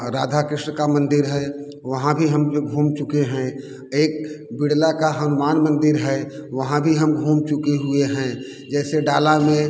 राधा कृष्ण का मंदिर है वहाँ भी हम घूम चुके हैं एक बिड़ला का हनुमान मंदिर है वहाँ भी हम घूम चुके हुए हैं जैसे डाला में